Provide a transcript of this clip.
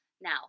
Now